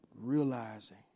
realizing